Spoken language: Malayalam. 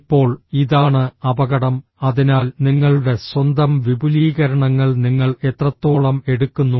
ഇപ്പോൾ ഇതാണ് അപകടം അതിനാൽ നിങ്ങളുടെ സ്വന്തം വിപുലീകരണങ്ങൾ നിങ്ങൾ എത്രത്തോളം എടുക്കുന്നു